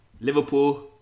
Liverpool